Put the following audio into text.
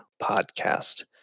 Podcast